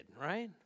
right